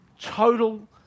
total